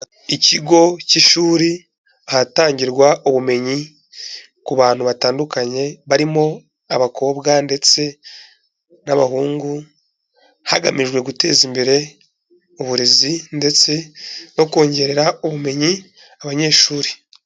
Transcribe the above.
Ikigo cy'ishuri ahatangirwa ubumenyi ku bantu batandukanye barimo abakobwa ndetse n'abahungu, hagamijwe guteza imbere uburezi ndetse no kongerera ubumenyi abanyeshuri.